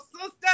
sister